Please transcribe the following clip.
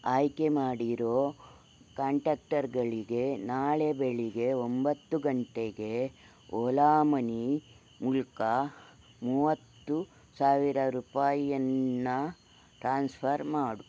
ಆಯ್ಕೆ ಮಾಡಿರೋ ಕಾಂಟ್ಯಾಕ್ಟರ್ಗಳಿಗೆ ನಾಳೆ ಬೆಳಿಗ್ಗೆ ಒಂಬತ್ತು ಗಂಟೆಗೆ ಓಲಾಮನಿ ಮೂಲಕ ಮೂವತ್ತು ಸಾವಿರ ರೂಪಾಯಿಯನ್ನ ಟ್ರಾನ್ಸ್ಫರ್ ಮಾಡು